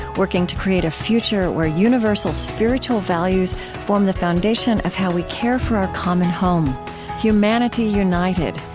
working to create a future where universal spiritual values form the foundation of how we care for our common home humanity united,